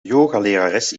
yogalerares